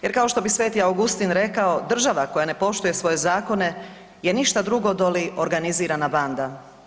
Jer kao što bi Sveti Augustin rekao, država koja ne poštuje svoje zakone je ništa drugo doli organizirana banda.